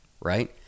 right